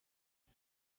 ngo